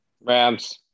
Rams